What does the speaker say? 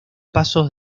pasos